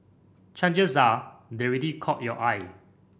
are they already caught your eye